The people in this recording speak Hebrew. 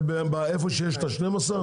זה איפה שיש את ה-12?